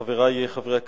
חברי חברי הכנסת,